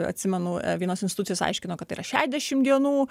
atsimenu vienos institucijos aiškino kad tai yra šešiasdešimt dienų